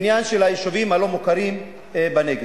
העניין של היישובים הלא-מוכרים בנגב.